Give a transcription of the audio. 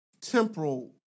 temporal